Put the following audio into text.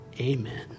Amen